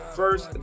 first